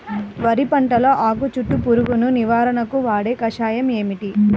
వరి పంటలో ఆకు చుట్టూ పురుగును నివారణకు వాడే కషాయం ఏమిటి?